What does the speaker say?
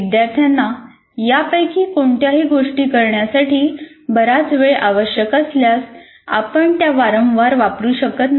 विद्यार्थ्यांना यापैकी कोणत्याही गोष्टी करण्यासाठी बराच वेळ आवश्यक असल्यास आपण त्या वारंवार वापरु शकत नाही